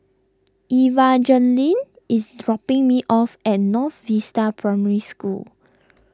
Evangeline is dropping me off at North Vista Primary School